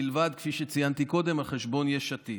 מלבד על חשבון יש עתיד,